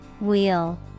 Wheel